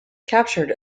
captured